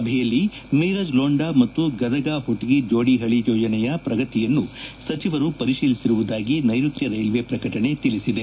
ಸಭೆಯಲ್ಲಿ ಮಿರಜ್ ರೋಂಡಾ ಮತ್ತು ಗದಗ ಹೊಟ್ಗ ಜೋಡಿ ಹಳ ಯೋಜನೆಯ ಪ್ರಗತಿಯನ್ನು ಸಚಿವರು ಪರಿತೀಲಿಸಿರುವುದಾಗಿ ನೈರುತ್ತ ರೈಲ್ವೆ ಪ್ರಕಟಣೆ ತಿಳಿಸಿದೆ